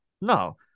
No